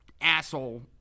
asshole